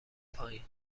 پایین